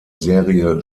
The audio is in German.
serie